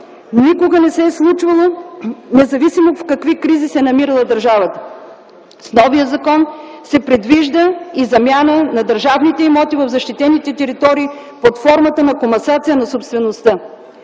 Никога не се е случвало, независимо в какви кризи се е намирала държавата. С новия закон се предвижда и замяна на държавните имоти в защитените територии под формата на комасация на собствеността.